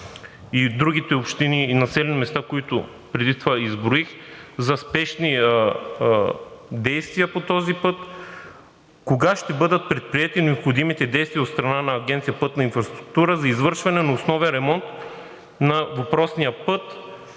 и другите общини и населени места, които преди това изброих, за спешни действия по този път. Кога ще бъдат предприети необходимите действия от страна на Агенция „Пътна инфраструктура“ за извършване на основен ремонт на въпросния път